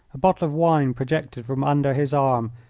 a bottle of wine projected from under his arm,